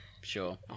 sure